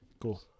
Cool